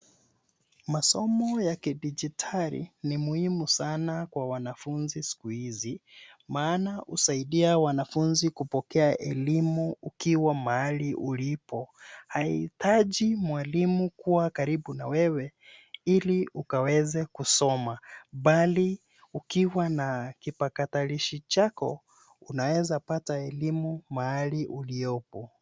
Masomo ya kidigitali ni muhimu sana kwa wanafunzi siku hizi maana husaidia wanafunzi kupokea elimu ukiwa mahali ulipo haihitaji mwalimu kuwa karibu na wewe ili ukaweze kusoma bali ukiwa na kipakatalishi chako unaweza pata elimu mahali uliopo.